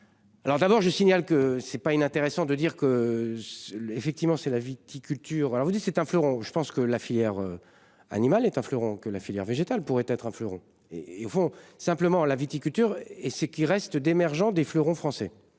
Alors d'abord je signale que ce n'est pas inintéressant de dire que. Effectivement c'est la viticulture. Alors vous dites c'est un fleuron. Je pense que la filière. Animale est un fleuron que la filière végétale pourrait être un fleuron et fond simplement la viticulture et ce qui reste d'émergeant des fleurons français